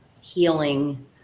healing